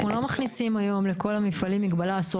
אנחנו לא מכניסים היום לכל המפעלים מגבלה אסור